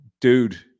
dude